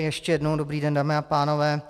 Ještě jednou dobrý den, dámy a pánové.